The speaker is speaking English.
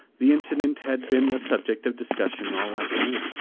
the incident had been the subject of discussion all afternoon.